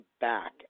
back